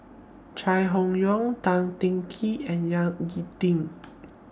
Chai Hon Yoong Tan Teng Kee and Ying E Ding